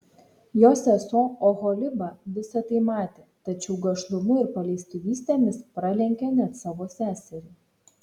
jos sesuo oholiba visa tai matė tačiau gašlumu ir paleistuvystėmis pralenkė net savo seserį